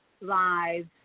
Live